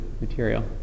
material